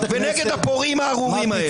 לכיבוש ולפורעים הארורים האלה.